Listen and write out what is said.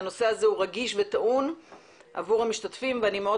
שהנושא הזה הוא רגיש וטעון עבור המשתתפים ואני מאוד